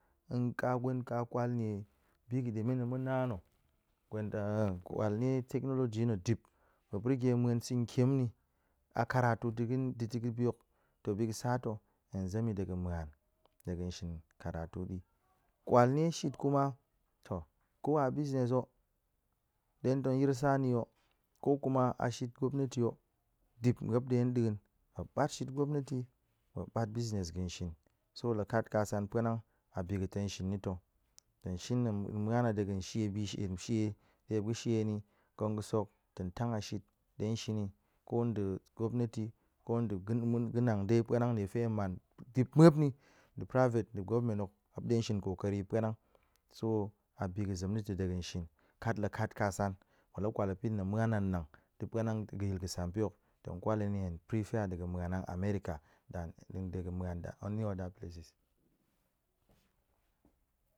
Nka kwal nie bi ga̱ɗe men tong ma̱ na na̱ gwon kwal nie technology na̱ dip map rige ma̱n sa̱ƙem ni a karatu ta̱-ti- da̱ta̱ga̱ bihok ta̱ biga̱ sata̱ hen zem hi de ga̱n ma̱a̱n de ga̱n shin de ga̱ shin karatu di kwal nie shit kuma, ko a business ho, ɗe tong yir sa̱na̱ hok, kuma a shit gwamneti hok dik ma̱p ɗe nɗiin, muep ɓat shin gwamneti muep ɓat business ga̱en shin so la kat ka san pa̱nang, a bi ga̱tong shin na̱ ta̱. Tong shin hen məa̱n a de ga̱n tong ma̱a̱n a de ga̱n shie bi shie a shie de muep ga̱ shie hen yi, kon ga̱sa̱k tong tang a shit de shin yi ko nde gwamneti ko de ga̱ mu nang dai pa̱nang niefe man dipmuepni ndi private ndi govment hok muep de tong shin kokori puenang so abi ga̱ zem na̱ ta̱ de ga̱n shin kat la kat ka kasa̱m muep la kwal muep ni tong ma̱a̱n anang ta̱ puenang ta̱ ga̱yil ga̱sampe hok tong kwal hen ni hen prefer de ga̱ muep a america than nde ga̱n ma̱a̱n than de ga̱ muen any other places